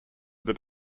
that